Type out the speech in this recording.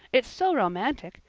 it's so romantic.